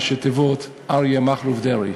ראשי תיבות: אריה מכלוף דרעי.